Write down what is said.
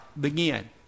begin